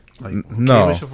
no